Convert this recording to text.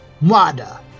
Mada